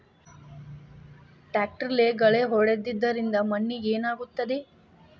ಟ್ರಾಕ್ಟರ್ಲೆ ಗಳೆ ಹೊಡೆದಿದ್ದರಿಂದ ಮಣ್ಣಿಗೆ ಏನಾಗುತ್ತದೆ?